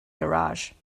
garage